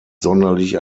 sonderlich